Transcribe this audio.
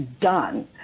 done